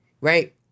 Right